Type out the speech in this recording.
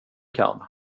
kan